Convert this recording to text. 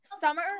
summer